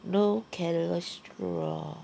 no cholesterol